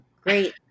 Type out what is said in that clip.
great